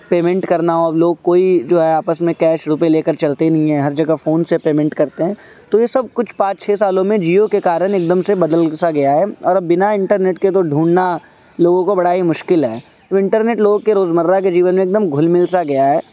payment کرنا ہو اب لوگ کوئی جو ہے آپس میں کیش روپئے لے کر چلتے ہی نہیں ہیں ہر جگہ فون سے پیمنٹ کرتے ہیں تو یہ سب کچھ پانچ چھ سالوں میں جیو کے کارن ایک دم سے بدل سا گیا ہے اور اب بنا انٹرنیٹ کے تو ڈھونڈھنا لوگوں کو بڑا ہی مشکل ہے تو انٹرنیٹ لوگوں کے روزمرہ کے جیون میں ایک دم گھل مل سا گیا ہے